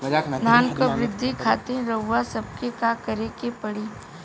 धान क वृद्धि खातिर रउआ सबके का करे के पड़ी?